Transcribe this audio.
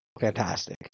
fantastic